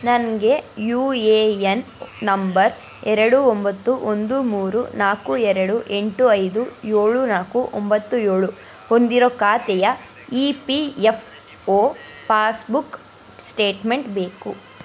ನನಗೆ U A N number ಎರಡು ಒಂಬತ್ತು ಒಂದು ಮೂರು ನಾಲ್ಕು ಎರಡು ಎಂಟು ಐದು ಏಳು ನಾಲ್ಕು ಒಂಬತ್ತು ಏಳು ಹೊಂದಿರೋ ಖಾತೆಯ E P F O passbook statement ಬೇಕು